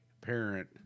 parent